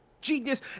genius